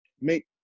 make